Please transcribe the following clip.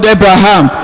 Abraham